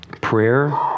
prayer